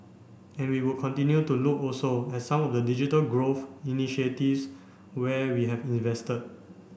and we would continue to look also at some of the digital growth initiatives where we have invested